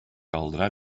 caldrà